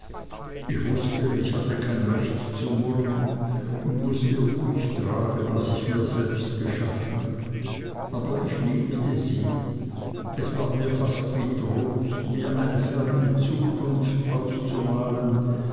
ich wußte ich hatte kein recht zu murren und mußte ruhig tragen was ich mir selbst geschaffen aber ich liebte sie es war mir fast wie trost mir eine ferne zukunft auszumalen